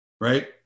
right